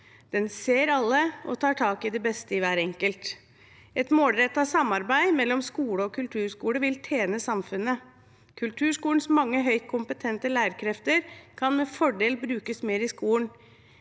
Den ser alle og tar tak i det beste i hver enkelt. Et målrettet samarbeid mellom skole og kulturskole vil tjene samfunnet. Kulturskolens mange høyt kompetente lærerkrefter kan med fordel brukes mer i skolen.